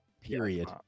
period